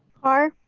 carr,